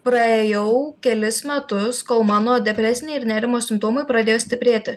praėjau kelis metus kol mano depresiniai ir nerimo simptomai pradėjo stiprėti